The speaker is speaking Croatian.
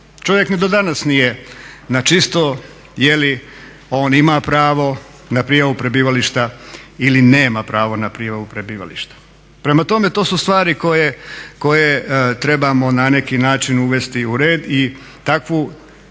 Čovjek ni do danas nije na čisto je li on ima pravo na prijavu prebivališta ili nema pravo na prijavu prebivališta. Prema tome, to su stvari koje trebamo na neki način uvesti u red i takve